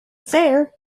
there